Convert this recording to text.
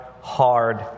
hard